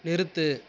நிறுத்து